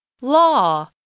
Law